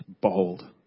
bold